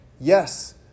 yes